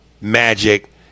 Magic